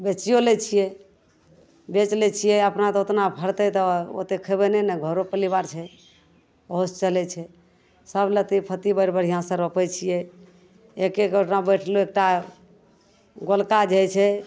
बेचिओ लै छिए बेचि लै छिए अपना तऽ ओतना फड़तै तऽ ओतेक खएबै नहि ने घरो परिवार छै ओहोसे चलै छै सब लत्ती फत्ती बड़ बढ़िआँसे रोपै छिए एकेगो यहाँ बैठलहुँ एकटा गोलका जे होइ छै